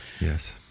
yes